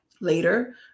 later